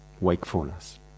wakefulness